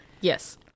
Yes